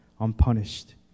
unpunished